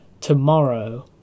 tomorrow